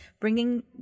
bringing